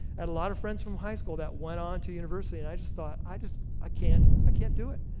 and a lot of friends from high school that went on to a university, and i just thought, i just, i can't i can't do it.